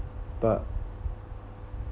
but